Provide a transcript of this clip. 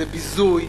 זה ביזוי,